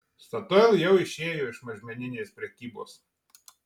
statoil jau išėjo iš mažmeninės prekybos